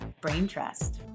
Braintrust